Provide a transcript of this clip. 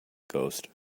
ghost